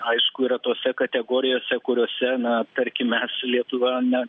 aišku yra tose kategorijose kuriose na tarkim mes lietuva ne